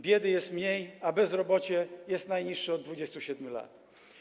Biedy jest mniej, a bezrobocie jest najniższe od 27 lat.